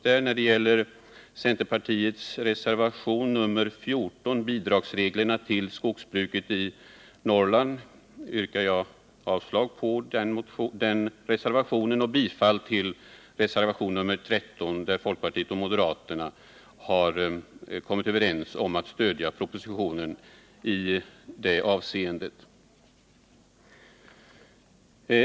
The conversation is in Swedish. Jag vill yrka avslag på centerpartiets reservation nr 14 om reglerna för bidrag till skogsbruket i Norrland och bifall till reservationen 13, där folkpartiet och moderaterna har kommit överens om att stödja propositionen i det avseendet.